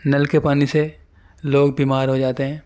نل کے پانی سے لوگ بیمار ہو جاتے ہیں